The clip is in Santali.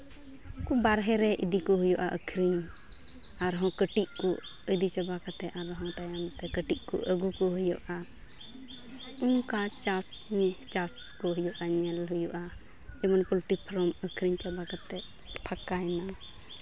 ᱵᱟᱦᱨᱮ ᱨᱮ ᱤᱫᱤ ᱠᱚ ᱦᱩᱭᱩᱜᱼᱟ ᱟᱹᱠᱷᱨᱤᱧ ᱟᱨᱦᱚᱸ ᱠᱟᱹᱴᱤᱡ ᱠᱚ ᱤᱫᱤ ᱪᱟᱵᱟ ᱠᱟᱛᱮᱫ ᱟᱨᱦᱚᱸ ᱛᱟᱭᱚᱢ ᱛᱮ ᱠᱟᱹᱴᱤᱡ ᱠᱚ ᱟᱹᱜᱩ ᱠᱚ ᱦᱩᱭᱩᱜᱼᱟ ᱚᱱᱠᱟ ᱪᱟᱥ ᱱᱤᱭᱟᱹ ᱪᱟᱥ ᱠᱚ ᱦᱩᱭᱩᱜᱼᱟ ᱧᱮᱞ ᱠᱚ ᱦᱩᱭᱩᱜᱼᱟ ᱡᱮᱢᱚᱱ ᱯᱚᱞᱴᱨᱤ ᱯᱷᱨᱟᱢ ᱟᱹᱠᱷᱨᱤᱧ ᱪᱟᱵᱟ ᱠᱟᱛᱮᱫ ᱯᱷᱟᱠᱟᱭᱮᱱᱟ